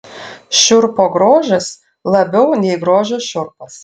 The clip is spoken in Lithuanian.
šiurpo grožis labiau nei grožio šiurpas